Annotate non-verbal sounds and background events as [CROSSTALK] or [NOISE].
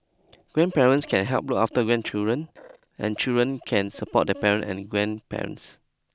grandparents can help look after grandchildren and children can [NOISE] support their parent and grandparents